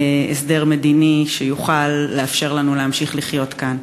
הסדר מדיני שיוכל לאפשר לנו להמשיך לחיות כאן.